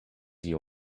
you